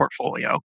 portfolio